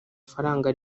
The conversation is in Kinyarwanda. faranga